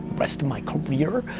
rest of my career,